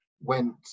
went